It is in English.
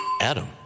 Adam